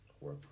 work